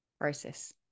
process